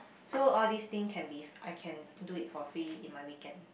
so all these thing can be I can do it for free in my weekend